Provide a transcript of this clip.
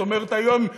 זאת אומרת: כיום,